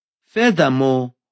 Furthermore